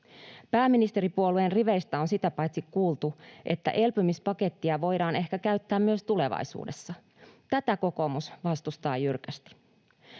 Pääministeripuolueen riveistä on sitä paitsi kuultu, että elpymispakettia voidaan ehkä käyttää myös tulevaisuudessa. Tätä kokoomus vastustaa jyrkästi.